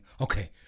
okay